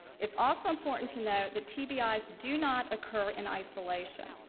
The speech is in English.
it's also important to know that tbis do not occur in isolation.